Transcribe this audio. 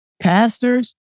Pastors